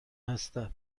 هستم